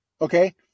Okay